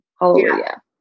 Hallelujah